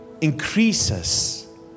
increases